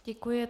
Děkuji.